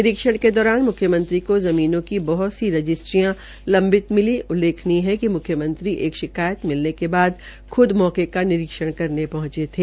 निरीक्षण के दौरान मुख्यमंत्री को जमीनों की बहुत सी रजिस्ट्रीया लम्बित मिली उल्लेखनीय है कि म्ख्यमंत्री एक शिकायत मिलने के बाद ख्द मौके का निरीक्षण करने पहंचे थे